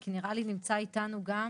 כי נראה שנמצא איתנו גם